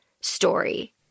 story